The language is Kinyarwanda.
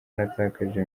natakaje